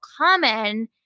common